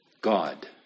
God